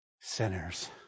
sinners